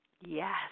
Yes